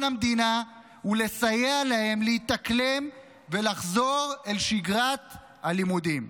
המדינה ולסייע להם להתאקלם ולחזור אל שגרת הלימודים.